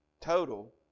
Total